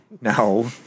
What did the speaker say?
No